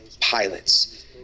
pilots